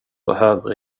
behöver